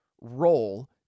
role